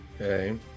Okay